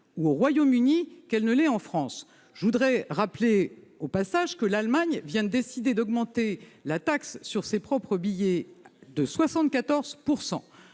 ou au Royaume-Uni qu'en France. Je rappelle au passage que l'Allemagne vient de décider d'augmenter la taxe sur ses propres billets de 74 %.